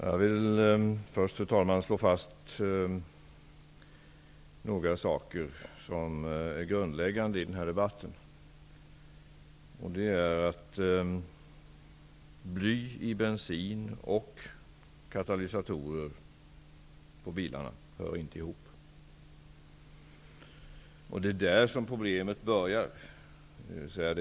Fru talman! Först vill jag slå fast ett par grundläggande saker i den här debatten. Bly i bensin och katalysatorer på bilar hör inte ihop. Det är här som problemet har sin början.